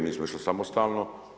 Mi smo išli samostalno.